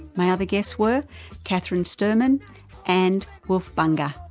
my other guests were kathryn sturman and wilf but and